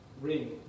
ring